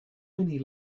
many